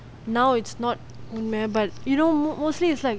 now it's not near but you know mostly is like